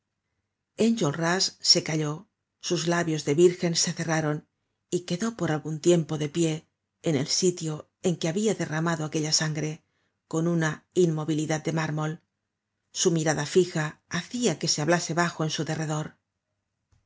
enjolras se calló sus labios de virgen se cerraron y quedó por algun tiempo de pie en el sitio en que habia derramado aquella sangre con una inmovilidad de mármol su mirada fija hacia que se hablase bajo en su derredor